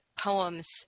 poems